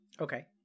Okay